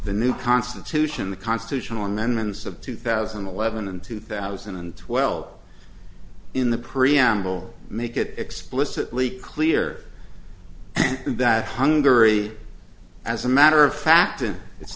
the new constitution the constitutional amendments of two thousand and eleven and two thousand and twelve in the preamble make it explicitly clear that hungary as a matter of fact and it's